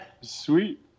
Sweet